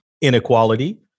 inequality